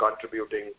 contributing